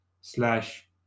slash